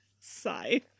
Sigh